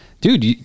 dude